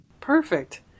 perfect